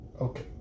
Okay